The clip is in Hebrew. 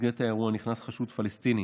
במסגרת האירוע נכנס חשוד פלסטיני